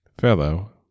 Fellow